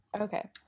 Okay